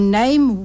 name